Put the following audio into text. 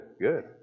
good